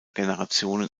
generationen